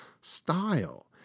style